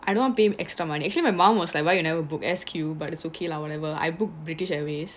I don't want pay extra money actually my mom was like why you never book S_Q but it's okay lah whatever I book british airways